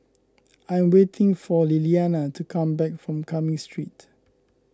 I am waiting for Liliana to come back from Cumming Street